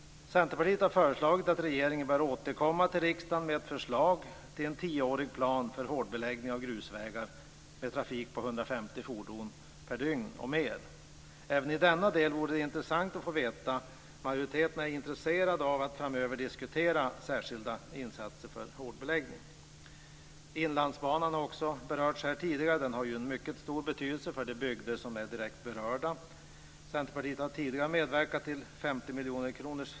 Centerpartiet har föreslagit att regeringen bör återkomma till riksdagen med ett förslag till en tioårig plan för hårdbeläggning av grusvägar med trafik på 150 fordon per dygn och mer. Även i denna del vore det intressant att få veta om majoriteten är intresserad av att framöver diskutera särskilda insatser för hårdbeläggning. Inlandsbanan, som också har nämnts här tidigare, har en mycket stor betydelse för de bygder som är direkt berörda. Centerpartiet har tidigare medverkat till satsningen på 50-miljoner kronor.